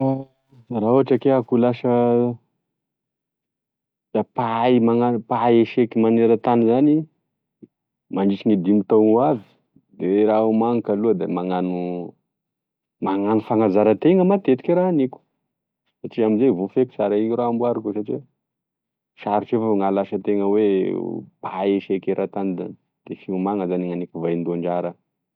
Fa raha ohatry ke hoe iaho ka ho lasa mpahay magnano mpahay eseka maneratany zany mandritry gne dimy tao hoavy de raha homaniko aloha da magnano magnano fanazaratena matetiky raha haniko satria amzay voafehiko sara eky raha amboariko satria sarotry avao gn'ahalasa atena oe ho mpahay eseke maneratany zany da fiomana zany gn'haniko vaindohan-draharaha.